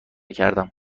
کردم